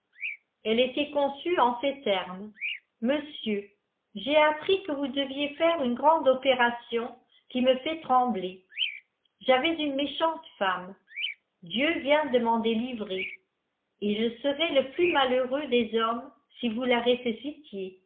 elle était connue en ces tenues k monsieur j'ai appris que vous deviez faire une grande opération qui me lait trembler j'avais une méchante femme dieu vient de m'en délivrer et je serais le plus malheureux des hommes si vous la ressuscitiez